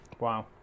Wow